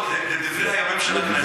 לדברי הימים של הכנסת.